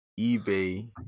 eBay